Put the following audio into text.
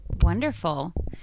Wonderful